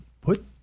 put